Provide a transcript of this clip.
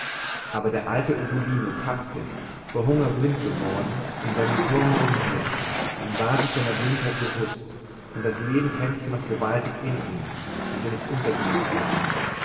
aber der alte ugolino tappte vor hunger blind geworden in seinem thurme umher und war sich seiner blindheit bewußt und das leben kämpfte noch gewaltig in ihm daß er nicht untergehen konnte